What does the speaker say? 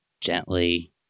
gently